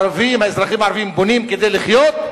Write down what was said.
האזרחים הערבים בונים כדי לחיות,